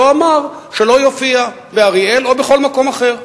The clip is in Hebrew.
לא אמר שלא יופיע באריאל או בכל מקום אחר.